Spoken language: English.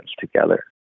together